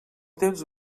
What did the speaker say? temps